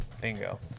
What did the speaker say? bingo